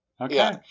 Okay